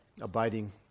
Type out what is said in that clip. abiding